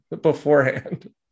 beforehand